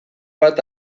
bat